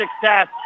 success